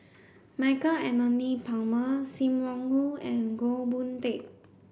Michael Anthony Palmer Sim Wong Hoo and Goh Boon Teck